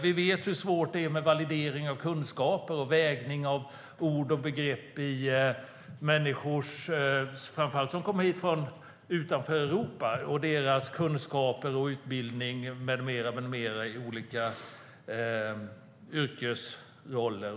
Vi vet hur svårt det är med validering av kunskaper och utbildning samt vägning av ord och begrepp, framför allt när det gäller människor som kommer från länder utanför Europa.